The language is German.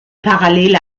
parallele